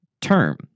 term